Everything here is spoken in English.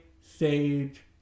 Sage